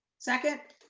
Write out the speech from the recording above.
second.